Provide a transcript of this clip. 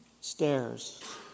stairs